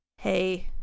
hey